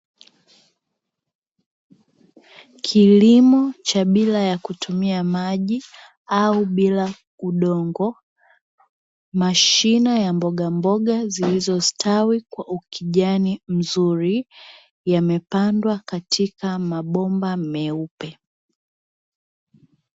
Kilimo cha bila ya kutumia maji au bila udongo. Mashine ya mboga mboga zilizostawi kwa ukijani mzuri, yamepandwa katika mabomba meupe.